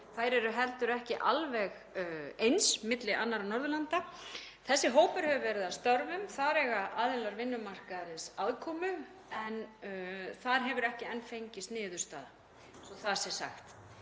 Þær eru heldur ekki alveg eins milli annarra Norðurlanda. Þessi hópur hefur verið að störfum. Þar eiga aðilar vinnumarkaðarins aðkomu en þar hefur ekki enn fengist niðurstaða, svo það sé sagt.